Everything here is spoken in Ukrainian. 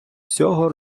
всього